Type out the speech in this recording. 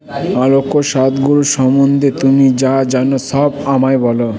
অলক্ষ সদগুরুর সম্বন্ধে তুমি যা জানো সব আমায় বলো